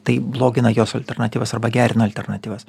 tai blogina jos alternatyvas arba gerina alternatyvas